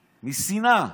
משנאה.